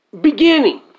beginning